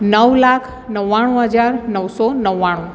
નવ લાખ નવ્વાણું હજાર નવસો નવ્વાણું